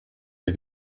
der